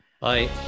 bye